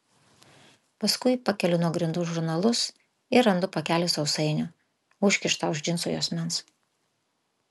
paskui pakeliu nuo grindų žurnalus ir randu pakelį sausainių užkištą už džinsų juosmens